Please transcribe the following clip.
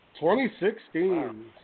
2016